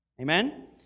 Amen